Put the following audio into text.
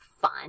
fun